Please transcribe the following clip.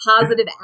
positive